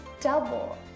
double